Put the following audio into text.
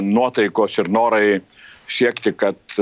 nuotaikos ir norai siekti kad